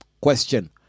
Question